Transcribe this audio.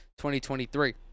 2023